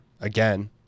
again